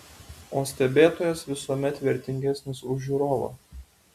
o stebėtojas visuomet vertingesnis už žiūrovą